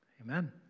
Amen